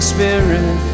Spirit